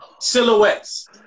silhouettes